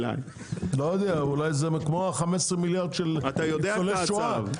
אולי זה כמו ה-15 מיליארד ₪ של ניצולי שואה,